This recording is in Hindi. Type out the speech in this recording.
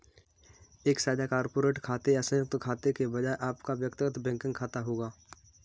एक साझा कॉर्पोरेट खाते या संयुक्त खाते के बजाय आपका व्यक्तिगत बैंकिंग खाता होगा